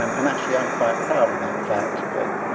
um and actually, i'm quite proud of that fact. but